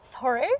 Sorry